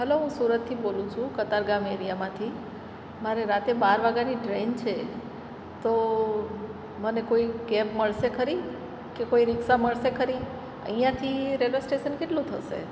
hello હું સુરતથી બોલું છું કતારગામ એરિયામાંથી મારે રાતે બાર વાગ્યાની ટ્રેન છે તો મને કોઈ કેબ મળશે ખરી કે કોઈ રિક્ષા મળશે ખરી અહીંયાંથી રેલવે સ્ટેસન કેટલું થશે